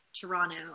Toronto